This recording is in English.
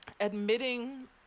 admitting